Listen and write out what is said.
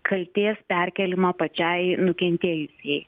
kaltės perkėlimą pačiai nukentėjusiai